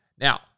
Now